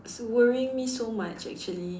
is worrying me so much actually